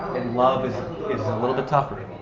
and love is is a little bit tougher,